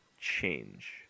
change